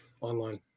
online